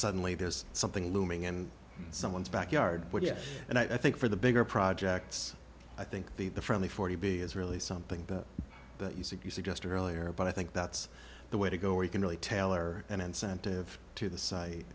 suddenly there's something looming in someone's backyard and i think for the bigger projects i think the the from the forty b is really something that you said you suggested earlier but i think that's the way to go where you can really tailor an incentive to the site